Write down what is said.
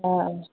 अच्छा